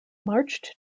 marched